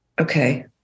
Okay